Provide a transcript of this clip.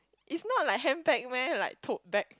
is not like handbag meh like tote bag